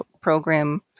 program